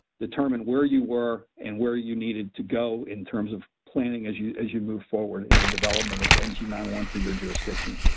determine where you were and where you needed to go in terms of planning as you as you moved forward in the development of the n g nine one one for your jurisdiction.